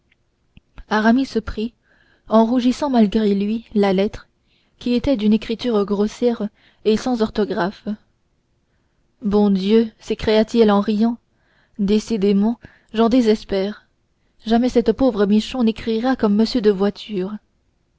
facile aramis prit en rougissant malgré lui la lettre qui était d'une écriture grossière et sans orthographe bon dieu s'écria-t-il en riant décidément j'en désespère jamais cette pauvre michon n'écrira comme m de voiture